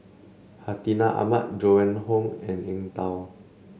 Hartinah Ahmad Joan and Hon and Eng Tow